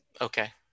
okay